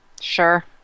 sure